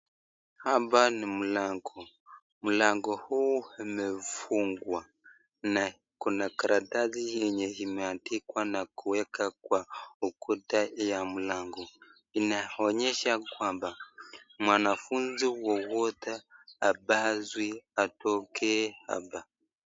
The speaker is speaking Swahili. Hapa ni mlango, mlango huu umefungwa na kuna karatasi enye imeandikwa na kuwekwa kwenye ukuta ya mlango. inaonesha kwamba mwanafunzi yeyote hapaswi atokee hapa.